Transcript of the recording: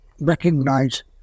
recognize